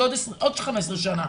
זה עוד 15 שנים.